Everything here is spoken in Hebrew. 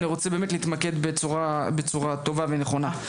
אני באמת רוצה להתמקד בצורה טובה ונכונה.